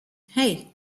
hey